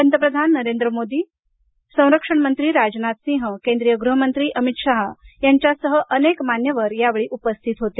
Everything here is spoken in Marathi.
पंतप्रधान नरेंद्र मोदी संरक्षण मंत्री राजनाथ सिंह केंद्रीय गृहमंत्री अमित शाह यांच्यासह अनेक मान्यवर या वेळी उपस्थित होते